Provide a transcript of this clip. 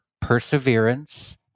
perseverance